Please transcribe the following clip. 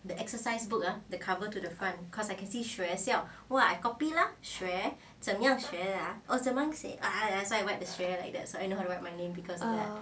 ah